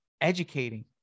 educating